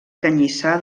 canyissar